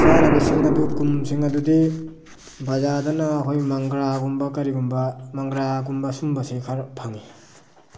ꯆꯥꯅꯕꯁꯤꯡ ꯑꯗꯨ ꯀꯨꯝꯁꯤꯡ ꯑꯗꯨꯗꯤ ꯕꯖꯥꯔꯗꯅ ꯑꯩꯈꯣꯏꯒꯤ ꯃꯪꯒ꯭ꯔꯥꯒꯨꯝꯕ ꯀꯔꯤꯒꯨꯝꯕ ꯃꯪꯒ꯭ꯔꯥꯒꯨꯝꯕ ꯁꯨꯝꯕꯁꯦ ꯈꯔ ꯐꯪꯉꯤ